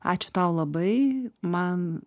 ačiū tau labai man